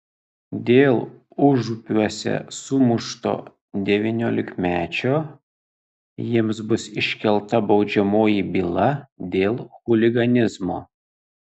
dėl užupiuose sumušto devyniolikmečio jiems bus iškelta baudžiamoji byla dėl chuliganizmo